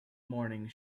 morning